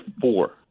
four